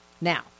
Now